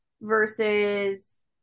versus